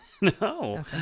No